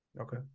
Okay